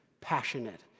passionate